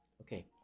okay